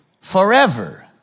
forever